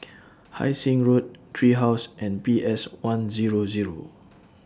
Hai Sing Road Tree House and P S one Zero Zero